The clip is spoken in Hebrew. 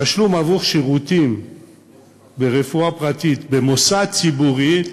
תשלום עבור שירותי רפואה פרטית במוסד ציבורי,